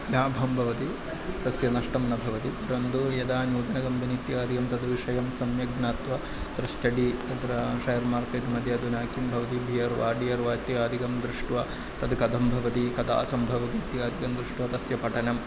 लाभः भवति तस्य नष्टं न भवति परन्तु यदा नूतनकम्पनि इत्यादिकं तद्विषयं सम्यक् ज्ञात्वा तत्र स्टडि तत्र शेर् मार्केट् मध्ये अधुना किं भवति डियर् वा डियर् वा इत्यादिकं दृष्ट्वा तद् कथं भवति कदा सम्भवति इत्यादिकं दृष्ट्वा तस्य पठनं